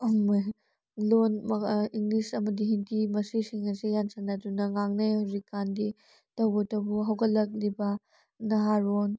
ꯂꯣꯟ English ꯑꯃꯗꯤ ꯍꯤꯟꯗꯤ ꯃꯁꯤꯁꯤꯡ ꯑꯁꯤ ꯌꯥꯟꯁꯤꯟꯅꯗꯨꯅ ꯉꯥꯡꯅꯩ ꯍꯧꯖꯤꯛꯀꯥꯟꯗꯤ ꯇꯧꯕꯇꯕꯨ ꯍꯧꯒꯠꯂꯛꯂꯤꯕ ꯅꯍꯥꯔꯣꯜ